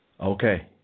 Okay